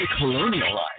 colonialize